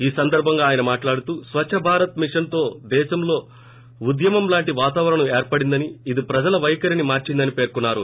ఈ సందర్భంగా ఆయన మాట్లాడుతూ స్వచ్చ భారత్ మిషన్తో దేశంలో ఉద్యమం లాంటి వాతావరణం ఏర్పడిందని ఇది ప్రజల వైఖరీని మార్సిందని పేర్కొన్నారు